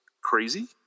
crazy